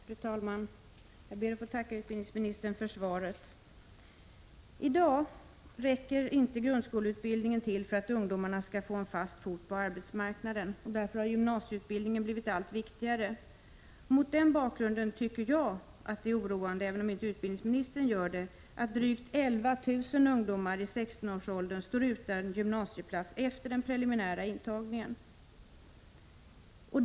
Fru talman! Jag ber att få tacka utbildningsministern för svaret. I dag räcker inte grundskoleutbildningen till för att ungdomarna skall få in en fot på arbetsmarknaden och få ett fast arbete. Därför har gymnasieutbildningen blivit allt viktigare. Mot den bakgrunden tycker jag — till skillnad från utbildningsministern — att det är oroande att drygt 11 000 ungdomar i 16-årsåldern står utan gymnasieplats efter den preliminära intagningen.